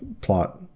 plot